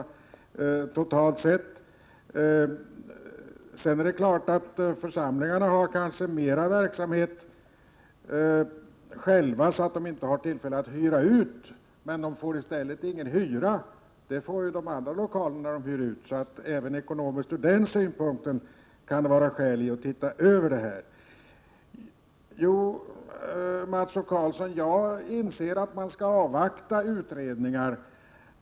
Dock har församlingarna kanske mera av egen verksamhet, så att de inte har tillfälle att hyra ut i samma utsträckning, och de får därför mindre hyresintäkter. Även ur den ekonomiska synvinkeln kan det därför vara skäl i att se över gällande regler. Jo, Mats O Karlsson, jag inser att man skall avvakta utredningar.